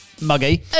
muggy